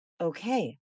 okay